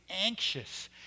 anxious